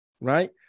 right